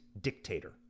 dictator